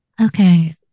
Okay